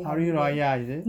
hari raya is it